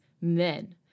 men